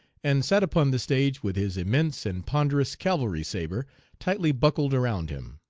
and sat upon the stage with his immense and ponderous cavalry sabre tightly buckled around him.